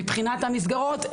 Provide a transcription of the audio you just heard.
מבחינת המסגרות,